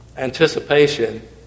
Anticipation